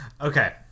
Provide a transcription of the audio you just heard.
Okay